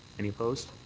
any opposed?